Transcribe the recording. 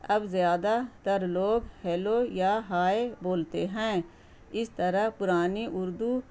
اب زیادہ تر لوگ ہیلو یا ہائے بولتے ہیں اس طرح پرانی اردو